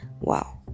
wow